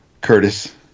Curtis